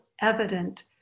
evident